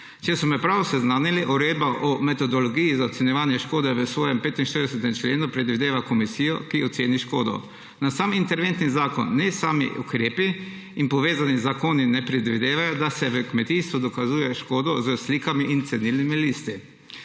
Če so me prav seznanili, Uredba o metodologiji za ocenjevanje škode v svojem 45. členu predvideva komisijo, ki oceni škodo. Ne sam interventni zakon ne sami ukrepi in povezani zakoni ne predvidevajo, da se v kmetijstvu dokazuje škodo s slikami in cenilnimi listi.